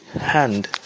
hand